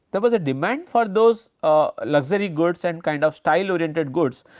there was a demand for those luxury goods and kind of style oriented goods.